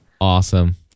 Awesome